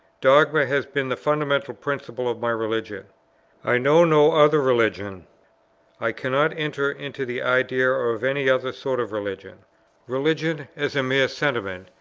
dogma has been the fundamental principle of my religion i know no other religion i cannot enter into the idea of any other sort of religion religion, as a mere sentiment,